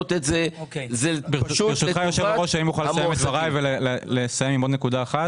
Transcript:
בוקר טוב, אני מתכבד לפתוח את ישיבת ועדת הכספים.